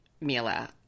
Mila